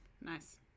Nice